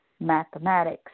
mathematics